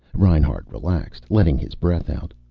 reinhart relaxed, letting his breath out.